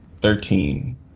Thirteen